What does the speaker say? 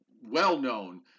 well-known